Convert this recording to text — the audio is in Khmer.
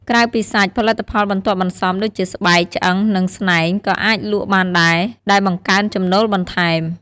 ក្រៅពីសាច់ ផលិតផលបន្ទាប់បន្សំដូចជាស្បែក ឆ្អឹង និងស្នែង ក៏អាចលក់បានដែរ ដែលបង្កើនចំណូលបន្ថែម។